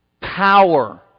power